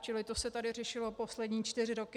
Čili to se tady řešilo poslední čtyři roky.